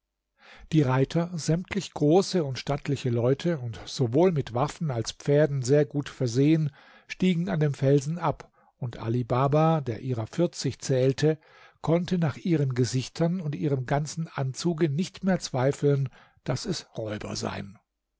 die reiter sämtlich große und stattliche leute und sowohl mit waffen als pferden sehr gut versehen stiegen an dem felsen ab und ali baba der ihrer vierzig zählte konnte nach ihren gesichtern und ihrem ganzen anzuge nicht mehr zweifeln daß es räuber seien